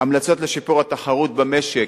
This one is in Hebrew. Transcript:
המלצות לשיפור התחרות במשק,